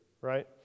right